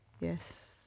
Yes